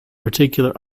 particular